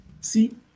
See